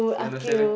then Le-Shen leh